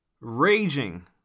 raging